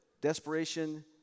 Desperation